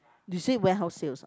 you say warehouse sales